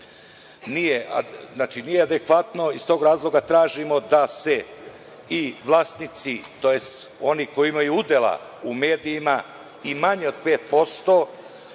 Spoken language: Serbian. nije adekvatno i iz tog razloga tražimo da se i vlasnici tj. oni koji imaju udela u medijima i manje od 5%